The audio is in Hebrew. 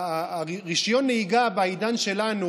רישיון הנהיגה בעידן שלנו,